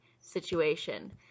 situation